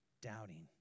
Doubting